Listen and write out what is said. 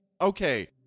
okay